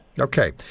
Okay